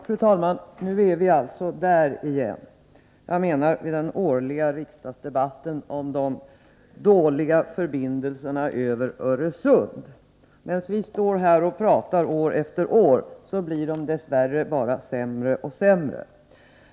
Fru talman! Nu är det åter dags för den årliga riksdagsdebatten om de dåliga förbindelserna över Öresund. År efter år står vi här och pratar men under tiden blir förbindelserna dess värre bara sämre och sämre.